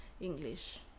English